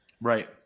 Right